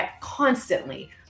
constantly